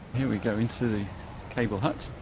here we go into the cable hut.